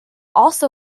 also